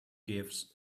gives